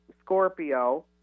Scorpio